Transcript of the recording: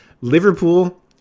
Liverpool